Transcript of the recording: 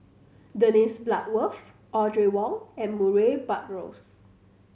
Dennis Bloodworth Audrey Wong and Murray Buttrose